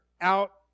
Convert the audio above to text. out